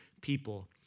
people